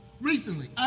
recently